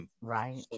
Right